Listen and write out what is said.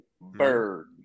Bird